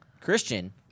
Christian